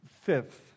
Fifth